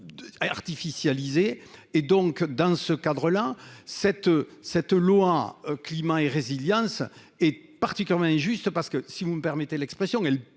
d'artificialiser et donc dans ce cadre là cette cette loi climat et résilience est parti comme injuste parce que si vous me permettez l'expression